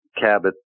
Cabot